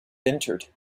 entered